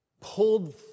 pulled